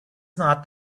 not